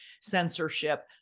censorship